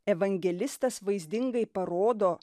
evangelistas vaizdingai parodo